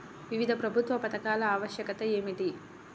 వివిధ ప్రభుత్వ పథకాల ఆవశ్యకత ఏమిటీ?